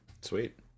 Sweet